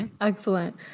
Excellent